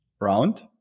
round